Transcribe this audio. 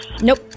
Nope